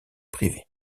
privé